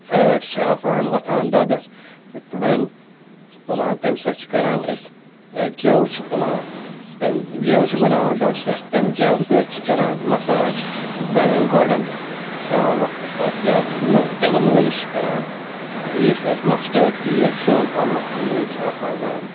fat چھِ آسان وۄتھان دۄدَس سُہ تھٔنۍ چھِ تُلان تمہِ سۭتۍ چھِ کَران أسۍ یا گٮ۪و چھِ تُلان تمہِ گٮ۪و چھِ بَناوان دۄدَس پٮ۪ٹھ تَمہِ گٮ۪و سۭتۍ چھِ کَران مَساج سانٮ۪ن گۄڈَن شام وقتہٕ پَتہٕ یا نہٕ تِلہٕ مٲلِش چھِ کَران یُس اَسہِ مَسٹٲڈ تیٖل سیُن رَننُک تیٖل چھِ آسان گَرِ